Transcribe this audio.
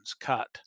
cut